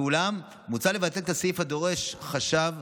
אולם מוצע לבטל את הסעיף הדורש חשב